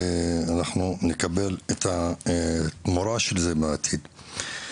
אנחנו נקבל את התמורה של זה בעתיד.